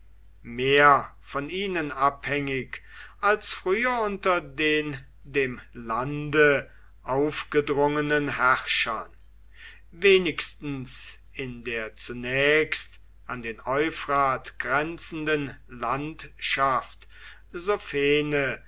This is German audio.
mehr von ihnen abhängig als früher unter den dem lande aufgedrungenen herrschern wenigstens in der zunächst an den euphrat grenzenden landschaft sophene